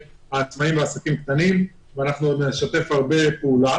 העצמאים והעסקים הקטנים ואנחנו עוד נשתף הרבה פעולה.